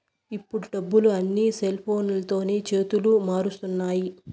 ఇప్పుడు డబ్బులు అన్నీ సెల్ఫోన్లతోనే చేతులు మారుతున్నాయి